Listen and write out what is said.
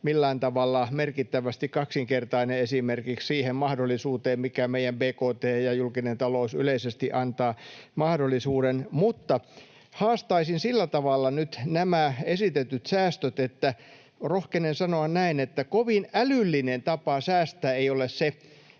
millään tavalla merkittävästi kaksinkertainen esimerkiksi siihen mahdollisuuteen, mihin meidän bkt ja julkinen talous yleisesti antavat mahdollisuuden. Mutta haastaisin sillä tavalla nyt nämä esitetyt säästöt, että rohkenen sanoa näin, että kovin älyllinen tapa säästää ei ole se,